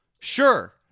sure